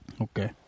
Okay